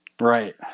Right